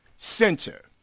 Center